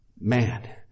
Man